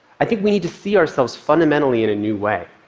i think we need to see ourselves fundamentally in a new way.